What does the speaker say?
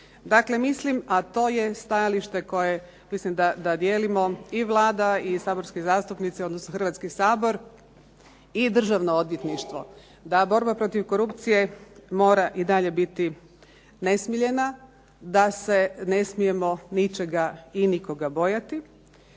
mislim, a to je stajalište koje, mislim da dijelimo i Vlada i saborski zastupnici, odnosno Hrvatski sabor, i Državno odvjetništvo, da borba protiv korupcije mora i dalje biti nesmiljena, da se ne smijemo ničega i nikoga bojati,